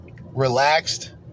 relaxed